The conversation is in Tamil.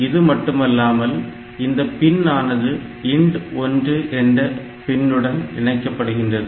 இதுமட்டுமில்லாமல் இந்த பின் ஆனது INT1 உடன் இணைக்கப்பட்டிருக்கிறது